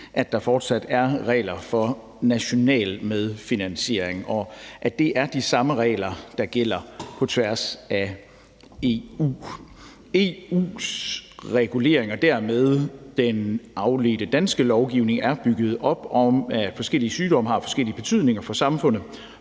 at der fortsat er regler for national medfinansiering, og at det er de samme regler, der gælder på tværs af EU. EU's regulering og dermed den afledte danske lovgivning er bygget op om, at forskellige sygdomme har forskellige betydninger for samfundet,